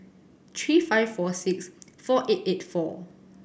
three five four six four eight eighty four